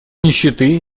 нищеты